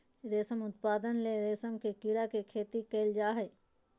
रेशम उत्पादन ले रेशम के कीड़ा के खेती करल जा हइ